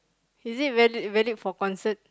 is it valid valid for concert